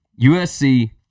USC